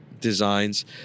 designs